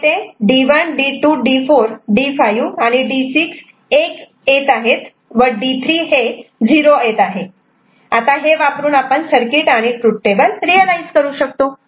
इथे D 1 D 2 D 4 D 5 आणि D 6 हे 1 आहेत व D3 हे 0 आहे हे वापरून सर्किट आणि ट्रूथ टेबल रियलायझ करू शकतात